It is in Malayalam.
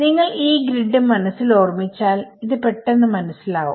നിങ്ങൾ ഈ ഗ്രിഡ് മനസ്സിൽ ഓർമിച്ചാൽ ഇത് പെട്ടെന്ന് മനസ്സിലാവും